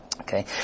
Okay